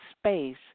space